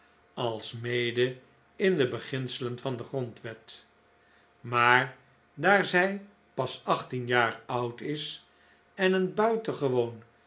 alsmede in de beginselen van de grondwet maar daar zij pas achttien jaar oud is en een buitengewoon